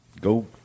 Go